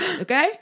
okay